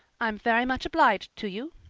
i'm very much obliged to you,